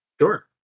Sure